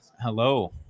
Hello